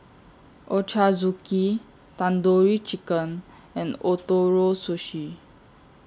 Ochazuke Tandoori Chicken and Ootoro Sushi